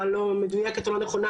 את הדברים שנכתבו באיגרת.